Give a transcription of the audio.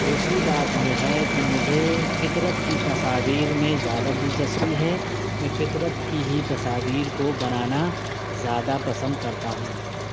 دوسری بات یہ ہے کہ مجھے فطرت کی تصاویر میں زیادہ دلچسپی ہے میں فطرت کی ہی تصاویر کو بنانا زیادہ پسند کرتا ہوں